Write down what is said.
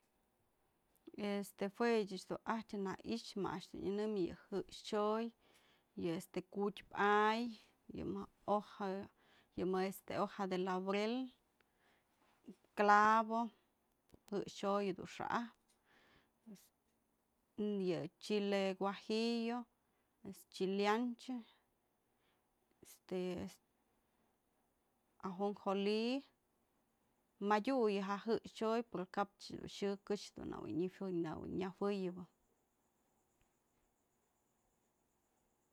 Este jue ëch dun ajtyë në i'ixë ma a'ax dun nyënëmyë jë'ëxë chyoy, yë este ku'utyëp ay, yë mëjk, yë mejk hoja de laurel, clavo jë'ëxë chyoy dun xa'ajpë y yë chile guajillo, chile ancho, este ajonjoli, madyu yë ja jë'ëxë chyoy pero kap xë këxë në'ëjuëyëbë.